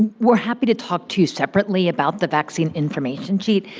we're happy to talk to you separately about the vaccine information sheet.